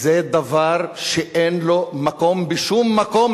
זה דבר שאין לו מקום בשום מקום,